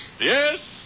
yes